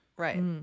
Right